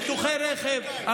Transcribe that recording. ביטוחי רכב,